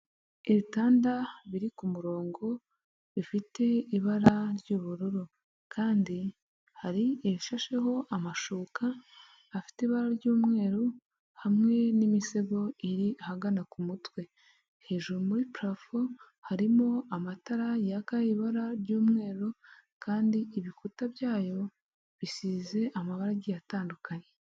Ibitanda biri ku murongo, bifite ibara ry'ubururu, kandi hari ibishasheho amashuka, afite ibara ry'umweru, hamwe n'imisego iri ahagana ku mutwe, hejuru muri parafo harimo amatara yaka ibara ry'umweru, kandi ibikuta byayo bisize amabara agiye atandukanye.